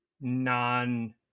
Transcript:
non